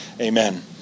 amen